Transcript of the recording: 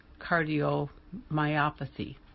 cardiomyopathy